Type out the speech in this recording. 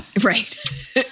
right